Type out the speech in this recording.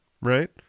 Right